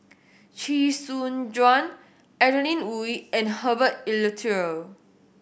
Chee Soon Juan Adeline Ooi and Herbert Eleuterio